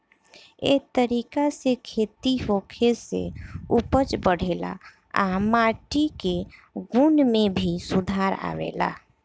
ए तरीका से खेती होखे से उपज बढ़ेला आ माटी के गुण में भी सुधार आवेला